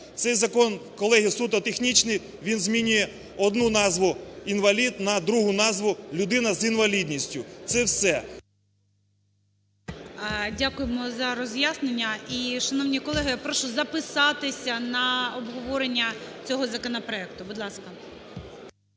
Цей закон, колеги, суто технічний. Він змінює одну назву "інвалід" на другу назву "людина з інвалідністю". Це все. ГОЛОВУЮЧИЙ. Дякуємо за роз'яснення. І, шановні колеги, прошу записатися на обговорення цього законопроекту. Будь ласка.